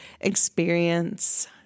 experience